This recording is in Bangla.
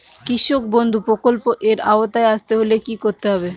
কৃষকবন্ধু প্রকল্প এর আওতায় আসতে হলে কি করতে হবে?